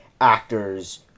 actors